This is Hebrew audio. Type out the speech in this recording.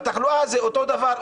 אבל תחלואה זה אותו דבר,